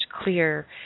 clear